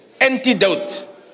Antidote